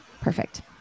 Perfect